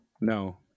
no